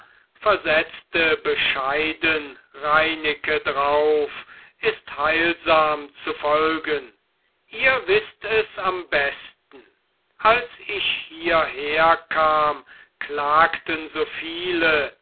versetzte bescheiden reineke drauf ist heilsam zu folgen ihr wißt es am besten als ich hierher kam klagten so viele